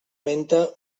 menta